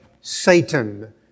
Satan